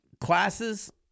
classes